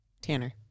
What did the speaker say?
Tanner